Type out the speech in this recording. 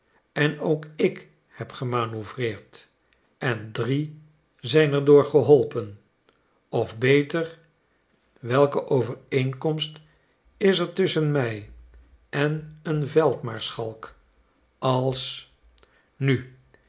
en ook ik heb gemanoeuvreerd en drie zijn er door geholpen of beter welke overeenkomst is er tusschen mij en een veldmaarschalk als nu